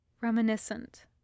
reminiscent